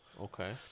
Okay